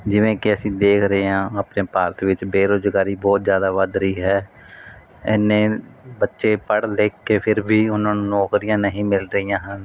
ਜਿਵੇਂ ਕਿ ਅਸੀਂ ਦੇਖ ਰਹੇ ਹਾਂ ਆਪਣੇ ਭਾਰਤ ਵਿੱਚ ਬੇਰੁਜ਼ਗਾਰੀ ਬਹੁਤ ਜਿਆਦਾ ਵੱਧ ਰਹੀ ਹੈ ਇੰਨੇ ਬੱਚੇ ਪੜ੍ਹ ਲਿਖ ਕੇ ਫਿਰ ਵੀ ਉਹਨਾਂ ਨੂੰ ਨੌਕਰੀਆਂ ਨਹੀਂ ਮਿਲ ਰਹੀਆਂ ਹਨ